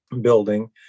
building